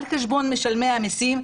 על חשבון משלמי המסים,